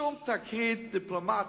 שום תקרית דיפלומטית,